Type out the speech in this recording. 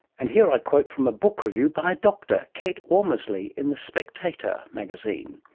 and here i quote from a book review by a doctor, kate womersley in the spectator magazine.